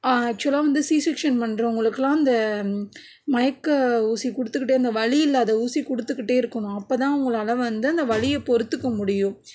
ஆக்சுவலாக வந்து C section பண்ணுறவங்களுக்குலாம் அந்த மயக்க ஊசி கொடுத்துக்கிட்டு அந்த வலி இல்லாத ஊசி கொடுத்துக்கிட்டே இருக்கணும் அப்போ தான் அவங்களால் வந்து அந்த வலியை பொறுத்துக்க முடியும்